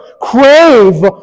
crave